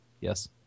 Yes